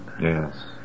Yes